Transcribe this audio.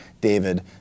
David